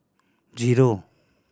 zero